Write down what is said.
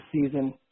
season